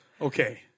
okay